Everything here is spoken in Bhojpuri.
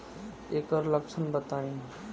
एकर लक्षण बताई?